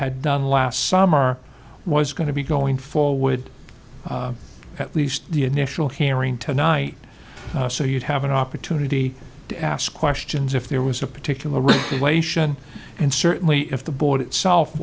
had done last summer was going to be going for would at least the initial hearing tonight so you'd have an opportunity to ask questions if there was a particular way ssion and certainly if the board itself